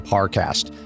Parcast